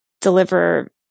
deliver